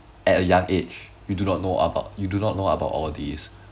at a young age you do not know about you do not know about all these